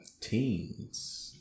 Teens